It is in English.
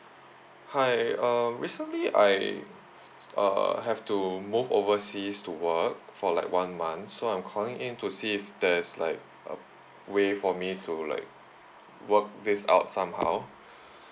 hi uh recently I uh have to move overseas to work for like one month so I'm calling in to see if there's like a way for me to like work this out somehow